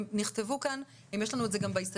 הם נכתבו כאן, יש לנו את זה גם בהסתייגויות.